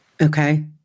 Okay